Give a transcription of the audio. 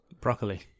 Broccoli